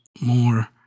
more